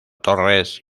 torres